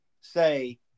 say